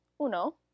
uno